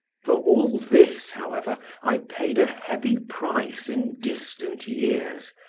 for all this, however, i paid a heavy price in distant years,